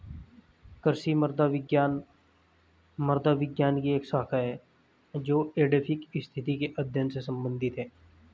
कृषि मृदा विज्ञान मृदा विज्ञान की एक शाखा है जो एडैफिक स्थिति के अध्ययन से संबंधित है